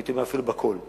הייתי אומר אפילו בכול.